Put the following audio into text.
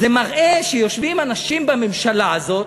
זה מראה שיושבים אנשים בממשלה הזאת,